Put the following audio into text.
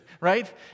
right